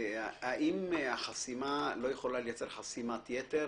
האם החסימה לא יכולה לייצר חסימת יתר,